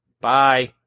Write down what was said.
Bye